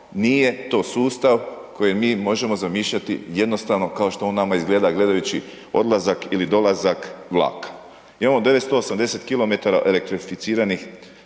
nije to sustav koji mi možemo zamišljati jednostavno kao što on nama izgleda gledajući odlazak ili dolazak vlaka, imamo 980 km elektrificiranih